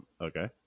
Okay